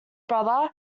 brother